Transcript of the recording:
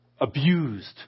abused